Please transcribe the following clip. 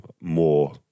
more